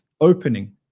opening